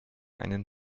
einen